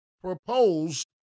proposed